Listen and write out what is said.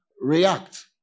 react